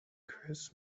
chris